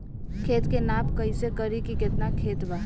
खेत के नाप कइसे करी की केतना खेत बा?